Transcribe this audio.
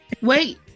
Wait